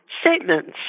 statements